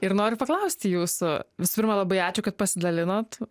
ir noriu paklausti jūsų visų pirma labai ačiū kad pasidalinot